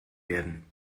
werden